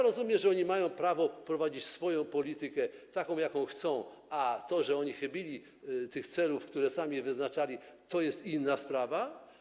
Rozumiem, że oni mają prawo prowadzić swoją politykę taką, jaką chcą, a to, że oni chybili celów, które sami wyznaczyli, to już jest inna sprawa.